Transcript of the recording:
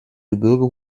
gebirge